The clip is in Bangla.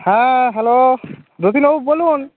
হ্যাঁ হ্যালো যতীনবাবু বলুন